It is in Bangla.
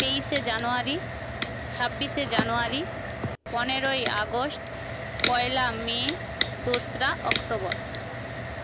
তেইশে জানুয়ারি ছাব্বিশে জানুয়ারি পনেরই আগস্ট পয়লা মে দোসরা অক্টোবর